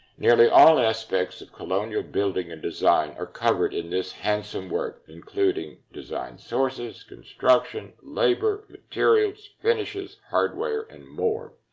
nearly all aspects of colonial building and design are covered in this handsome work, including design sources, construction, labor, materials, finishes, hardware, and more.